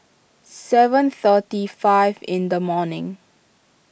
seven thirty five in the morning